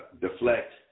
deflect